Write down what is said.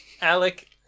Alec